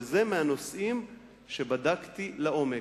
וזה מהנושאים שבדקתי לעומק.